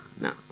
No